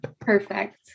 Perfect